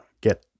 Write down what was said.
get